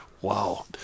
Wow